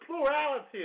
plurality